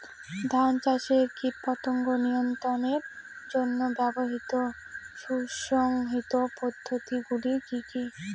ধান চাষে কীটপতঙ্গ নিয়ন্ত্রণের জন্য ব্যবহৃত সুসংহত পদ্ধতিগুলি কি কি?